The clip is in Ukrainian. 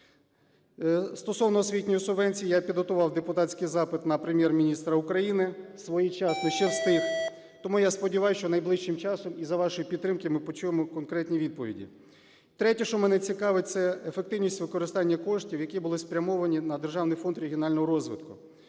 Стосовно освітньої субвенції я підготував депутатський запит на Прем'єр-міністра України своєчасно, ще встиг. Тому я сподіваюсь, що найближчим часом і за вашої підтримки ми почуємо конкретні відповіді. Третє, що мене цікавить, це ефективність використання коштів, які були спрямовані на Державний фонд регіонального розвитку.